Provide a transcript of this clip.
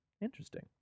Interesting